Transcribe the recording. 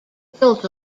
built